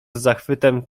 zachwytem